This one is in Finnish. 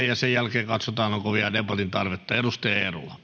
ja sen jälkeen katsotaan onko vielä debatin tarvetta